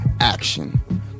action